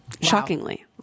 Shockingly